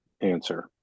answer